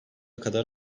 kadar